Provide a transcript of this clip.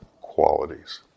qualities